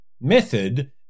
method